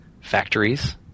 Factories